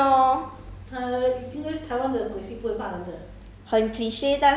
怕 okay 很 cliche 很 cliche lor